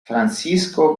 francisco